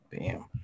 Bam